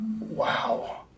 wow